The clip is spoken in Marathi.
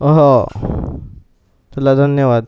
हो चला धन्यवाद